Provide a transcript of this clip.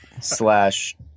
slash